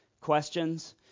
questions